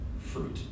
fruit